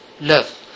love